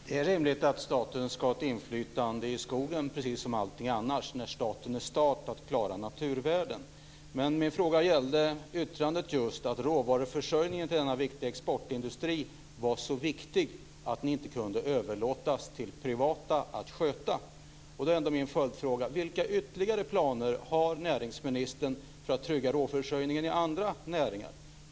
Fru talman! Det är rimligt att staten ska ha ett inflytande i skogen precis som i allting annat när det gäller naturvärden. Men min fråga gällde just yttrandet att råvaruförsörjningen till denna viktiga exportindustri var så viktig att ni inte kunde överlåta den till privatpersoner. Då är mina följdfrågor: Vilka ytterligare planer har näringsministern för att trygga råvaruförsörjningen i andra näringar?